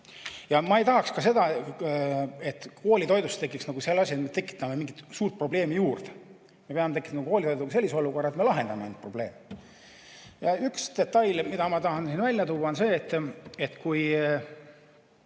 Ma ei tahaks ka seda, et koolitoidust tekiks selline asi, et me tekitame mingi suure probleemi juurde. Me peame tekitama koolitoiduga sellise olukorra, et me ainult lahendame probleemi. Üks detail, mida ma tahan siin välja tuua, on ka see, et kui